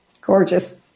Gorgeous